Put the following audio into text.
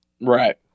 Right